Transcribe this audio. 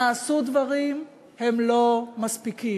נעשו דברים, הם לא מספיקים.